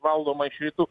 valdoma iš rytų